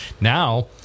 now